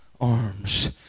arms